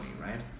right